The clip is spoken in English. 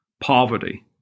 poverty